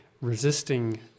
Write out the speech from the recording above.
resisting